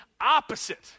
opposite